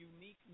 unique